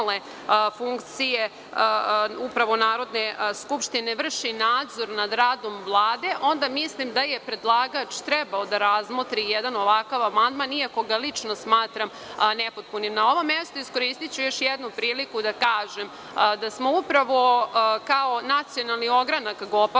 funkcije Narodne skupštine vrši nadzor nad radom Vlade onda mislim da je predlagač trebao da razmotri jedan ovakav amandman, iako ga lično smatram nepotpunim. Na ovom mestu iskoristiću još jednom priliku da kažem da smo kao Nacionalni ogranak GOPAK-a,